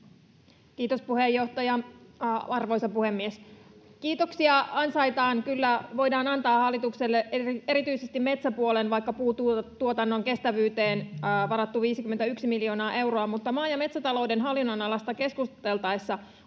Kiitos, arvoisa puhemies! Kiitoksia ansaitaan, ja kyllä voidaan antaa sitä hallitukselle erityisesti vaikka metsäpuolen puutuotetuotannon kestävyyteen varatusta 51 miljoonasta eurosta, mutta maa‑ ja metsätalouden hallinnonalasta keskusteltaessa